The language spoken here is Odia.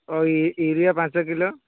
ଆଉ ୟୁରିଆ ପାଞ୍ଚ କିଲୋ